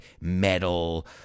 metal